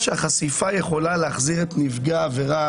גם הנתונים תומכים בנו.